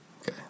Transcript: Okay